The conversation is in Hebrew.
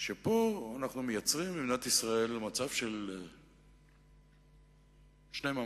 זה שאנחנו מייצרים במדינת ישראל מצב של שני מעמדות,